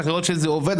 צריך לראות שזה עובד,